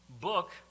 book